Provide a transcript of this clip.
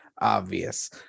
obvious